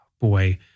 boy